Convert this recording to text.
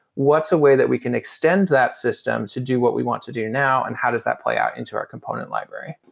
what's a way that we can extend that system to do what we want to do now and how does that play out in to our component library?